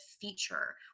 feature